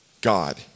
God